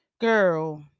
Girl